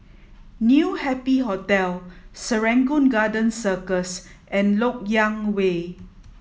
new Happy Hotel Serangoon Garden Circus and Lok Yang Way